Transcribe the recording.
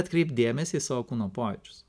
atkreipk dėmesį į savo kūno pojūčius